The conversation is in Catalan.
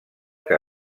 que